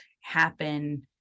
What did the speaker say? happen